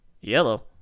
Yellow